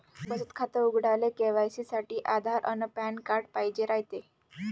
बचत खातं उघडाले के.वाय.सी साठी आधार अन पॅन कार्ड पाइजेन रायते